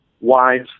wise